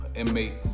Inmate